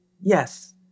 Yes